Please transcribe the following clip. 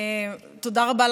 תודה רבה,